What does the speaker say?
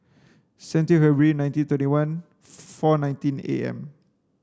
seventeen February nineteen thirty one four nineteen A M